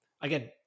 Again